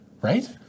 Right